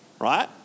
Right